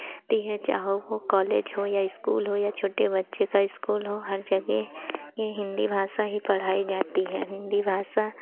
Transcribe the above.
ती है चाहे वो कॉलेज हो या इस्कूल हो या छोटे बच्चे का इस्कूल हो हर जगह ये हिन्दी भाषा ही पढ़ाई जाती है हिन्दी भाषा